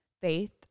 Faith